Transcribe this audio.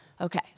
Okay